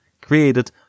created